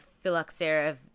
phylloxera